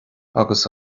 agus